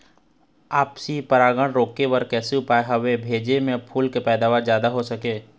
आपसी परागण रोके के कैसे उपाय हवे भेजे मा फूल के पैदावार जादा हों सके?